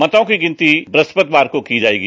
मतों की गिनती बृहस्पतिवार को की जाएगी